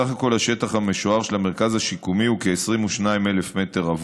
סך הכול השטח המשוער של המרכז השיקומי הוא כ-22,000 מ"ר.